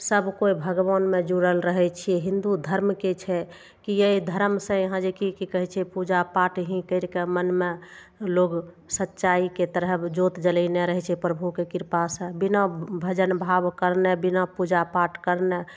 सब कोइ भगवानमे जुड़ल रहय छियै हिन्दू धर्मके छै कि ये धर्मसँ यहाँ जे कि कि कहय छै पूजा पाठ ही करिकऽ मनमे लोग सच्चाइके तरफ ज्योत जलेने रहय छै प्रभुके कृपासँ बिना भजन भाव करने बिना पूजा पाठ करने